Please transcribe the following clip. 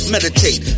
Meditate